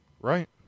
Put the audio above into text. Right